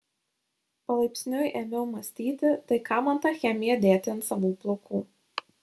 palaipsniui ėmiau mąstyti tai kam man tą chemiją dėti ant savų plaukų